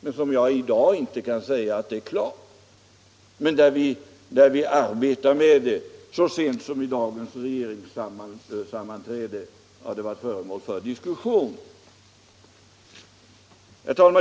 men som jag i dag inte kan säga är klar. Så sent som vid dagens regeringssammanträde har detta varit föremål för diskussion.